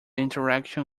interaction